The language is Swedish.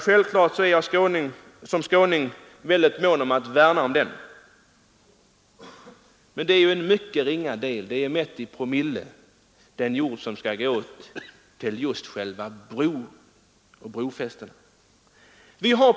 Självklart är jag som skåning väldigt mån att värna om den goda skånska jorden. I promille mätt är det dock en mycket ringa del av denna jord som skall gå åt till själva bron och brofästet.